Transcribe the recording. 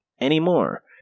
anymore